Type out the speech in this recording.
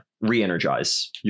re-energize